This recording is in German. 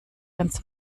ganz